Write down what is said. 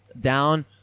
down